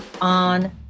on